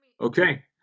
Okay